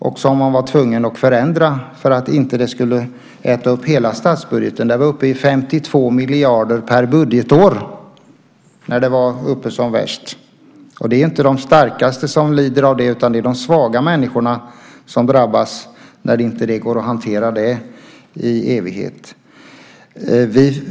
Man var sedan tvungen att förändra det för att det inte skulle äta upp hela statsbudgeten. Det var uppe i 52 miljarder per budgetår när det var som värst. Det är inte de starkaste som lider av det. Det är de svaga människorna som drabbas när det inte går att hantera det i evighet.